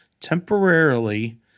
temporarily